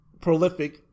prolific